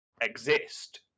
exist